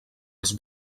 els